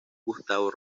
gustavo